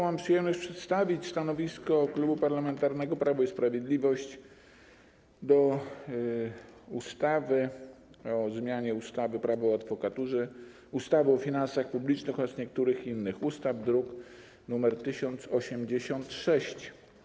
Mam przyjemność przedstawić stanowisko Klubu Parlamentarnego Prawo i Sprawiedliwość wobec ustawy o zmianie ustawy - Prawo o prokuraturze, ustawy o finansach publicznych oraz niektórych innych ustaw, druk nr 1086.